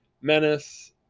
menace